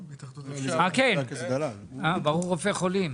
כן, ברוך רופא חולים.